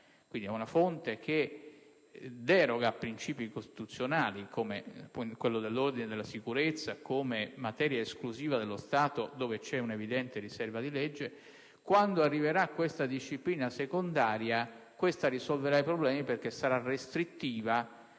quindi ad una fonte che deroga a principi costituzionali come quello dell'ordine e della sicurezza come materia esclusiva dello Stato dove c'è un'evidente riserva di legge, quando arriverà questa disciplina secondaria, essa risolverà i problemi perché sarà restrittiva